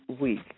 week